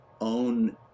own